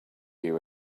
you